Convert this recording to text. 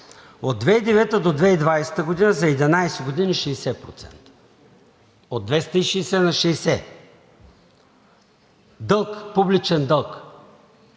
От 2009 до 2020 г. за 11 години 60%, от 260 на 60 публичен дълг.